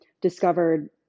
discovered